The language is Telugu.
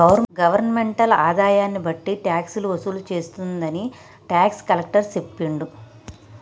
గవర్నమెంటల్ ఆదాయన్ని బట్టి టాక్సులు వసూలు చేస్తుందని టాక్స్ కలెక్టర్ సెప్పిండు